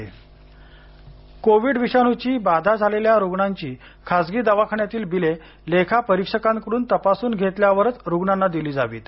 ट्टोपे Covid विषाणूची बाधा झालेल्या रुग्णांची खासगी दवाखान्यातील बिले लेखा परीक्षकांकडून तपासून घेतल्यावरच रुग्णांना दिली जावीत